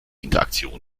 interaktion